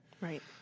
Right